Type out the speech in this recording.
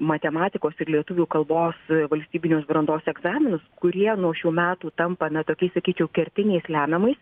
matematikos ir lietuvių kalbos valstybinius brandos egzaminus kurie nuo šių metų tampa na tokiais sakyčiau kertiniais lemiamais